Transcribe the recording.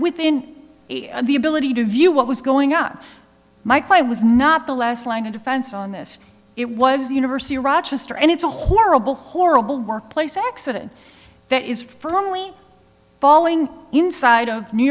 within the ability to view what was going up my client was not the last line of defense on this it was the university of rochester and it's a horrible horrible workplace accident that is firmly falling inside of new